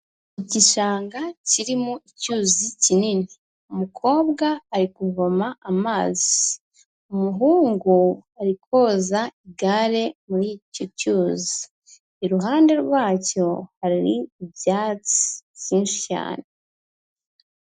Igishanga kirimo icyuzi kinini. Umukobwa ari kuvoma amazi. Umuhungu ari koza igare muri icyo cyuzi. Iruhande rwacyo, hari ibyatsi byinshi cyane.